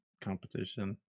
competition